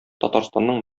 татарстанның